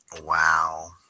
Wow